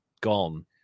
gone